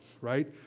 right